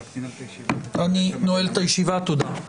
אני נועל את הישיבה, תודה.